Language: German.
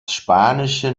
spanische